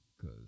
cause